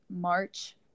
March